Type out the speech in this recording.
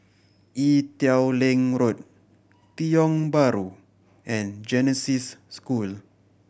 Ee Teow Leng Road Tiong Bahru and Genesis School